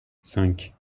cinq